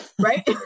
right